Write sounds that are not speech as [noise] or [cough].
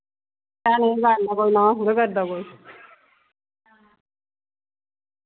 [unintelligible] गल्ल ऐ कोई ना थोह्ड़े करदा कोई